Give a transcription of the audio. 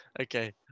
Okay